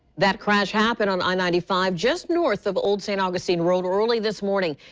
that crash happened on i ninety five just north of old st. augustine road early this morning.